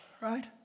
Right